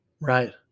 Right